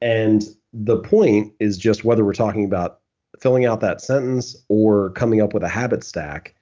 and the point is just whether we're talking about filling out that sentence or coming up with a habit stack